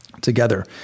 together